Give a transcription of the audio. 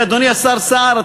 אדוני השר סער,